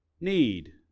Need